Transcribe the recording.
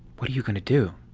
what are you going to do?